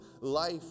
life